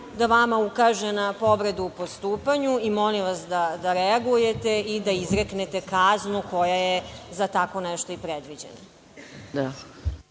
da vama ukaže na povredu u postupanju. Molim vas da reagujete i da izreknete kaznu koja je za tako nešto i predviđena.